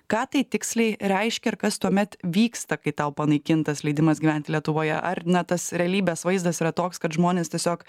ką tai tiksliai reiškia ir kas tuomet vyksta kai tau panaikintas leidimas gyventi lietuvoje ar na tas realybės vaizdas yra toks kad žmonės tiesiog